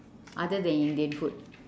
other than indian food